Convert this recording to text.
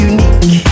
Unique